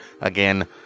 again